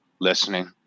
listening